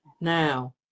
now